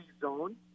zone